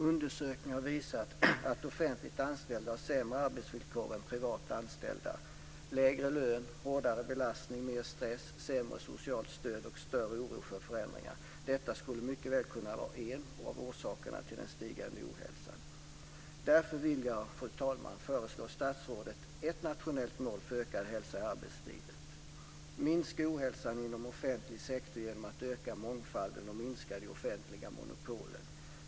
Undersökningar visar att offentligt anställda har sämre arbetsvillkor än privat anställda, lägre lön, hårdare belastning, mer stress och ett sämre socialt stöd. De känner också en större oro för förändringar. Detta skulle mycket väl kunna vara en av orsakerna till den stigande ohälsan. Därför, fru talman, vill jag föreslå statsrådet ett nationellt mål för ökad hälsa i arbetslivet. Minska ohälsan inom offentlig sektor genom att öka mångfalden och minska de offentliga monopolen!